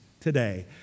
today